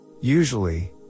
Usually